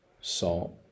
Salt